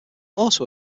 also